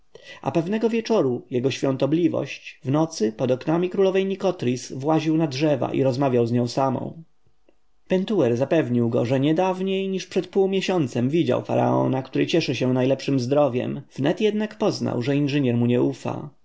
a pewnego wieczora jego świątobliwość w nocy pod oknami królowej nikotris właził na drzewa i rozmawiał z nią samą pentuer zapewnił go że nie dawniej niż przed pół miesiącem widział faraona który cieszy się najlepszem zdrowiem wnet jednak poznał że inżynier mu nie ufa